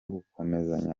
gukomezanya